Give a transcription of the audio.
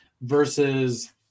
versus